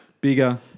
Bigger